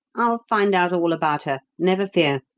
i'll find out all about her, never fear,